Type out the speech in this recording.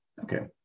Okay